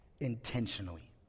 intentionally